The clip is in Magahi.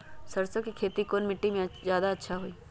सरसो के खेती कौन मिट्टी मे अच्छा मे जादा अच्छा होइ?